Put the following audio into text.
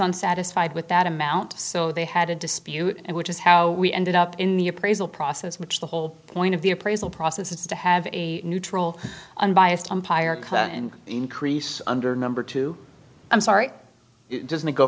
unsatisfied with that amount so they had to dispute it which is how we ended up in the appraisal process which the whole point of the appraisal process is to have a neutral unbiased umpire could increase under number two i'm sorry it doesn't go